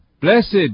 Blessed